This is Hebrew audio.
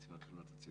נציבת תלונות הציבור.